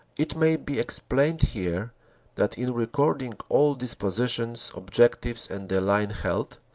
it may be explained here that in recording all dispositions, objectives and the line held,